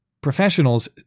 Professionals